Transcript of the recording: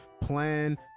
plan